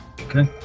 Okay